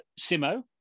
Simo